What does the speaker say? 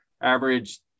average